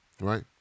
right